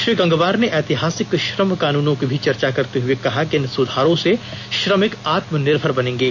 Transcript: श्री गंगवार ने ऐतिहासिक श्रम कानूनों की भी चर्चा करते हुए कहा कि इन सुधारों से श्रमिक आत्मनिर्भर बनेंगे